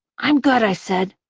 i'm good, i said.